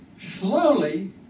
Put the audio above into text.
slowly